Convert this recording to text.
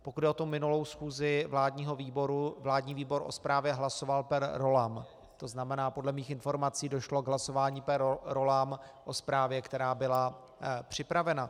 Pokud jde o tu minulou schůzi vládního výboru, vládní výbor o zprávě hlasoval per rollam, to znamená, podle mých informací došlo k hlasování per rollam o zprávě, která byla připravena.